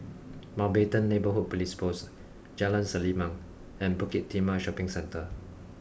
Mountbatten Neighbourhood Police Post Jalan Selimang and Bukit Timah Shopping Centre